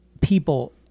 people